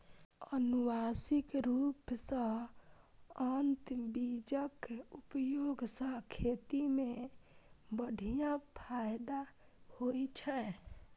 आनुवंशिक रूप सं उन्नत बीजक उपयोग सं खेती मे बढ़िया फायदा होइ छै